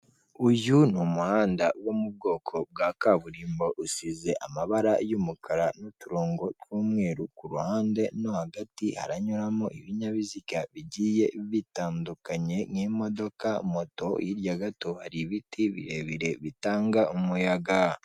Uyu ni umuhanda wo mu bwoko bwa kaburimbo, usize amabara y'umukara n'uturongo tw'umweru, ku ruhande no hagati haranyuramo ibinyabiziga bigiye bitandukanye nk'imodoka, moto, hirya gato hari ibiti birebire bitanga umuyaga.